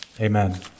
Amen